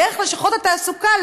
דרך לשכות התעסוקה,